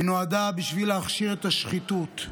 היא נועדה בשביל להכשיר את השחיתות,